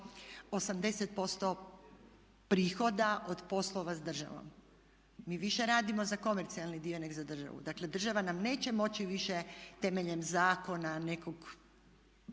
80% prihoda od poslova s državom. Mi više radimo za komercijalni dio nego za državu. Dakle, država nam neće moći više temeljem zakona nekog